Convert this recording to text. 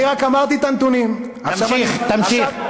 תודה רבה.